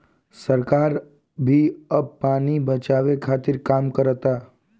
सरकार भी अब पानी बचावे के खातिर काम करता